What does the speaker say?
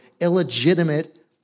illegitimate